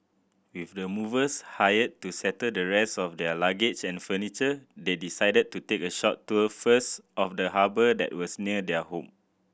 with the movers hired to settle the rest of their luggage and furniture they decided to take a short tour first of the harbour that was near their home